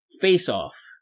face-off